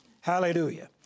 Hallelujah